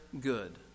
good